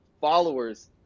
followers